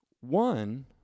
One